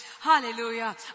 Hallelujah